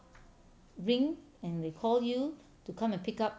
ring and they call you to come and pick up